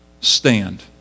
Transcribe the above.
stand